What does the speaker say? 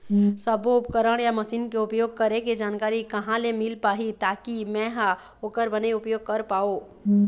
सब्बो उपकरण या मशीन के उपयोग करें के जानकारी कहा ले मील पाही ताकि मे हा ओकर बने उपयोग कर पाओ?